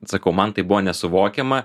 sakau man tai buvo nesuvokiama